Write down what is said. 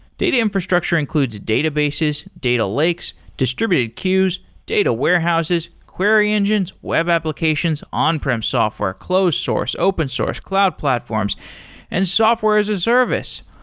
data infrastructure includes databases, data lakes, distributed queues, data warehouses, query engines, web applications, on-prem software, close source, open source, cloud platforms and software as a service.